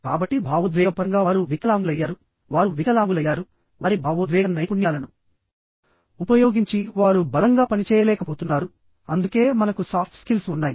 కాబట్టి భావోద్వేగపరంగా వారు వికలాంగులయ్యారువారు వికలాంగులయ్యారువారి భావోద్వేగ నైపుణ్యాలను ఉపయోగించి వారు బలంగా పనిచేయలేకపోతున్నారుఅందుకే మనకు సాఫ్ట్ స్కిల్స్ ఉన్నాయి